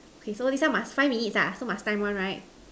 okay so this one must five minutes ah so must time one right